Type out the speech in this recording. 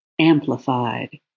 amplified